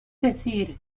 decir